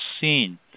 seen